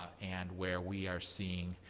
and where we are seeing